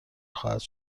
خواهد